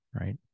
right